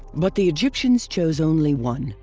but the egyptians chose only one,